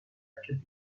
capitale